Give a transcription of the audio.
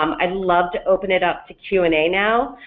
um i'd love to open it up to q and a now,